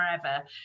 forever